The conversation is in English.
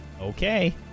Okay